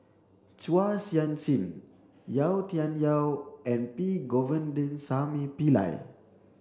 Chua Sian Chin Yau Tian Yau and P Govindasamy Pillai